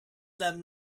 them